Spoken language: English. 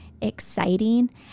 exciting